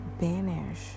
banish